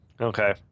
Okay